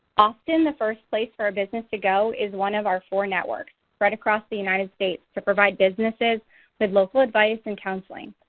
often the first place for a business to go is one of our four networks spread across the united states to provide businesses with local advice and counseling.